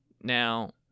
Now